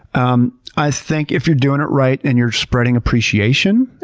um i think if you're doing it right and you're spreading appreciation,